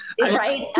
right